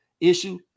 issue